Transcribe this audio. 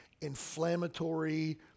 inflammatory